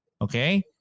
Okay